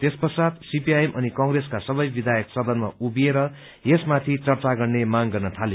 त्यस पश्चात सीपीआईएम अनि कंग्रेसका सबै विधायक सदनमा उभिएर यसमाथि चर्चा गर्ने माग गर्न थाले